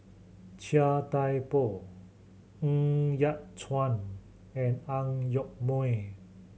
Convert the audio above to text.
Chia Thye Poh Ng Yat Chuan and Ang Yoke Mooi